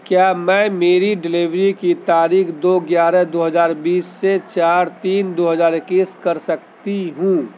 کیا میں میری ڈیلیوری کی تاریخ دو گیارہ دو ہزار بیس سے چار تین دو ہزار اکیس کر سکتی ہوں